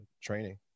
training